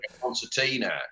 concertina